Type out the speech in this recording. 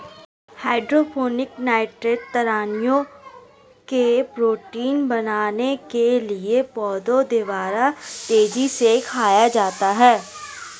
hydroponic nitrate ऋणायनों को protein बनाने के लिए पौधों द्वारा तेजी से खाया जाता है